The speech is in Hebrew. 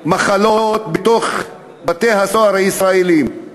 עם מחלות, בתוך בתי-הסוהר הישראליים.